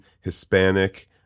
Hispanic